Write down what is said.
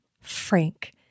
Frank